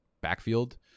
backfield